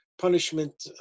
punishment